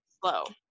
slow